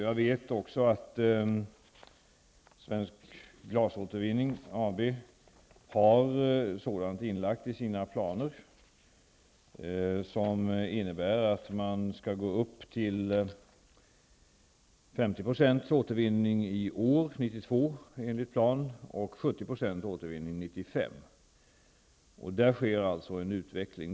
Jag vet också att Svensk Glasåtervinning AB har inlagt i sina planer att man skall nå upp till 50 % återvinning i år och 70 % återvinning 1995. Där sker alltså en utveckling.